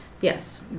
Yes